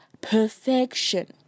perfection